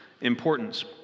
importance